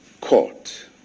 court